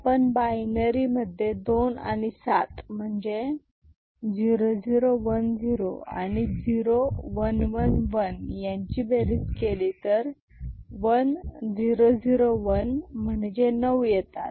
आपण बायनरी मध्ये दोन आणि सात म्हणजे 0010 आणि 0111 यांची बेरीज केली तर 1001 म्हणजे 9 येतात